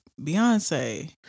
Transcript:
Beyonce